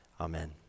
amen